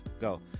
go